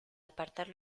apartar